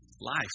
life